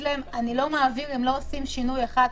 להם: אני לא מעביר אם לא עושים שינויים אלה.